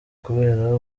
kubera